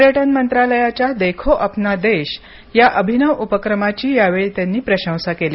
पर्यटन मंत्रालयाच्या देखो अपना देश या अभिनव उपक्रमाची यावेळी त्यांनी प्रशंसा केली